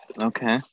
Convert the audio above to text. okay